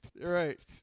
right